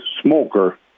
smoker